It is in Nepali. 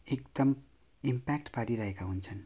एकदम इम्प्याक्ट पारिरहेका हुन्छन्